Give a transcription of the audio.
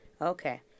Okay